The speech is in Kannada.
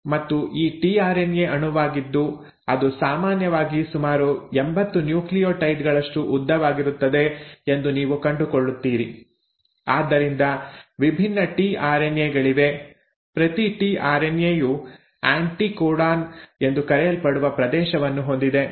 ಮತ್ತು ಈ ಟಿಆರ್ಎನ್ಎ ಅಣುವಾಗಿದ್ದು ಅದು ಸಾಮಾನ್ಯವಾಗಿ ಸುಮಾರು 80 ನ್ಯೂಕ್ಲಿಯೋಟೈಡ್ಗಳಷ್ಟು ಉದ್ದವಾಗಿರುತ್ತದೆ ಎಂದು ನೀವು ಕಂಡುಕೊಳ್ಳುತ್ತೀರಿ ಆದ್ದರಿಂದ ವಿಭಿನ್ನ ಟಿಆರ್ಎನ್ಎ ಗಳಿವೆ ಪ್ರತಿ ಟಿಆರ್ಎನ್ಎ ಯು ಆ್ಯಂಟಿಕೋಡಾನ್ ಎಂದು ಕರೆಯಲ್ಪಡುವ ಪ್ರದೇಶವನ್ನು ಹೊಂದಿದೆ